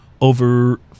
over